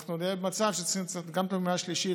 ואנחנו במצב שצריכות להיות גם פעימה שלישית